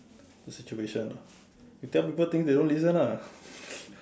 the situation ah you tell people things they don't listen ah